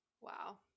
Wow